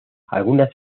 algunas